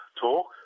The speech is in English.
talk